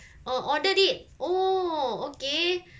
uh ordered it oh okay